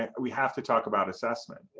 ah we have to talk about assessment.